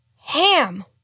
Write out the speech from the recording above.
Ham